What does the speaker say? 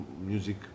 music